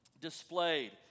displayed